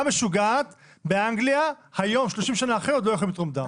מחלת הפרה המשוגעת לא יכולים לתרום דם.